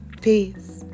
Peace